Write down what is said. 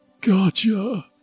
gotcha